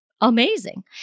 amazing